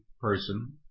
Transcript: person